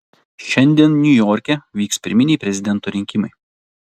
šiandien niujorke vyks pirminiai prezidento rinkimai